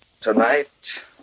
Tonight